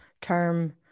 term